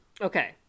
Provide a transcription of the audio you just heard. Okay